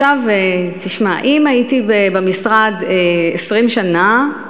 עכשיו, תשמע, אם הייתי במשרד 20 שנה,